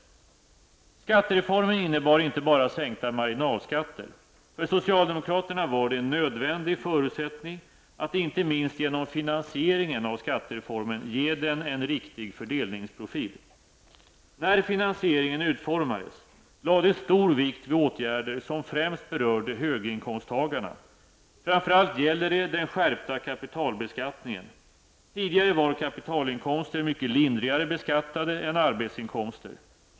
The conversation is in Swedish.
Skattereformen innebar inte bara sänkta marginalskatter. För socialdemokraterna var det en nödvändig förutsättning att inte minst genom finansieringen av skattereformen ge den en riktig fördelningsprofil. När finansieringen utformades lades stor vikt vid åtgärder som främst berörde höginkomsttagarna. Framför allt gäller det den skärpta kapitalbeskattningen. Tidigare var kapitalinkomster mycket lindrigare beskattade än arbetsinkomster.